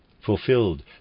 fulfilled